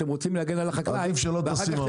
אתם רוצים להגן על החקלאי ואחר כך אתם